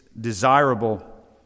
desirable